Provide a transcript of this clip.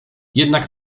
jednak